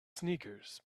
sneakers